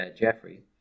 Jeffrey